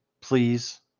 please